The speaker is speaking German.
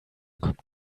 kommt